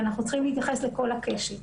ואנחנו צריכים להתייחס לכל הקשת.